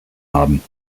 haben